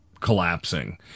collapsing